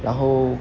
然后